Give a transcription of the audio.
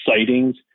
sightings